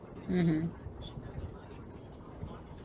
mmhmm